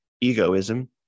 egoism